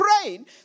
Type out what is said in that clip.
praying